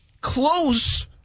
close